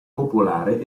popolare